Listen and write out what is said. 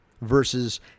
versus